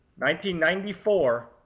1994